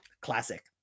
Classic